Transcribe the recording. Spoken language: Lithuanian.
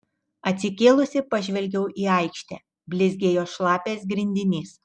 atsikėlusi pažvelgiau į aikštę blizgėjo šlapias grindinys